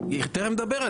זה יכול להיות קיים מבחינת